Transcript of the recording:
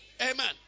Amen